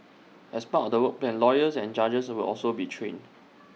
as part of the work plan lawyers and judges will also be trained